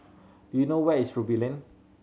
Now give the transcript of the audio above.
do you know where is Ruby Lane